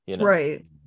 Right